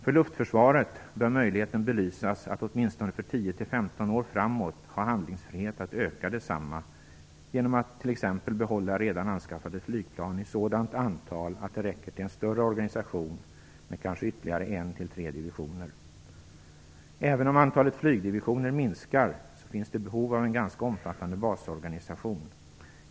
För luftförsvaret bör möjligheten belysas att åtminstone för 10-15 år framåt ha handlingsfrihet att öka detsamma genom att t.ex. behålla redan anskaffade flygplan i sådant antal att det räcker till en större organisation med kanske ytterligare en-tre divisioner. Även om antalet flygdivisioner minskar finns det behov av en ganska omfattande basorganisation.